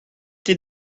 did